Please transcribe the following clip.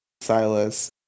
Silas